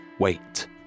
wait